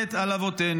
מוות על אבותינו,